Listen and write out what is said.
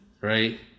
right